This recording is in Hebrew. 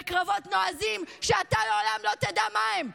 בקרבות נועזים שאתה לעולם לא תדע מה הם,